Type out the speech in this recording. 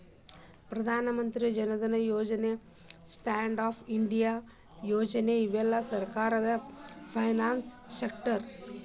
ಪ್ರಧಾನ ಮಂತ್ರಿ ಜನ್ ಧನ್ ಯೋಜನೆ ಸ್ಟ್ಯಾಂಡ್ ಅಪ್ ಇಂಡಿಯಾ ಯೋಜನೆ ಇವೆಲ್ಲ ಸರ್ಕಾರದ ಫೈನಾನ್ಸ್ ಸ್ಕೇಮ್